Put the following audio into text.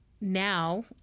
now